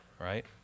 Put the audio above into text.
Right